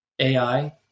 AI